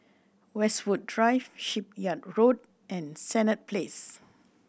Westwood Drive Shipyard Road and Senett Place